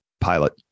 pilot